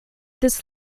this